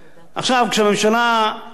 כשהממשלה רוצה,